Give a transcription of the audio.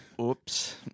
Oops